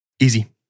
Easy